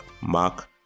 Mark